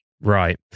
right